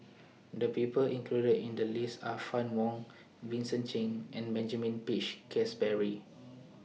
The People included in The list Are Fann Wong Vincent Cheng and Benjamin Peach Keasberry